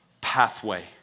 pathway